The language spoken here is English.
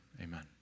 amen